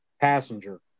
passenger